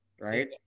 Right